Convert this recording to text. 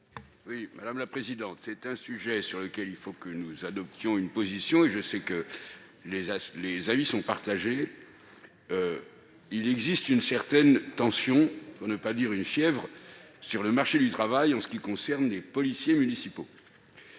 à M. Alain Richard. C'est un sujet sur lequel il faut que nous adoptions une position, et je sais que les avis sont partagés. Il existe une certaine tension, pour ne pas dire une fièvre, sur le marché du travail en ce qui concerne les policiers municipaux.